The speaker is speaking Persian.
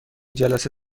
جلسه